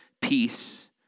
peace